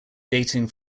dating